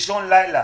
באישון לילה,